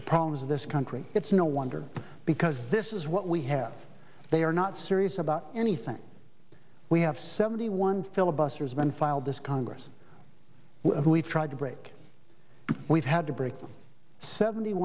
the problems of this country it's no wonder because this is what we have they are not serious about anything we have seventy one filibusters been filed this congress we've tried to break we've had to break seventy